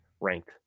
ranked